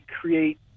create